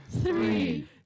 three